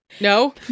No